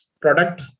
product